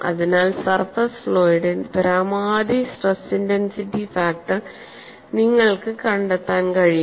അതിനാൽ സർഫസ് ഫ്ലോയുടെ പരമാവധി സ്ട്രെസ് ഇന്റൻസിറ്റി ഫാക്ടർ നിങ്ങൾക്ക് കണ്ടെത്താൻ കഴിയും